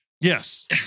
yes